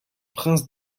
prince